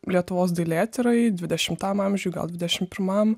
lietuvos dailėtyrai dvidešimtam amžiui gal dvidešimt pirmam